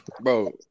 bro